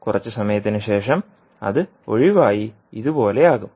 കുറച്ച് സമയത്തിന് ശേഷം അത് ഒഴിവായി ഇതുപോലെയാകും